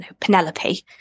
Penelope